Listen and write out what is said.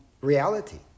reality